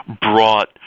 brought –